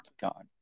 God